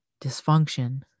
Dysfunction